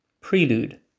Prelude